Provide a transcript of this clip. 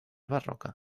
barroca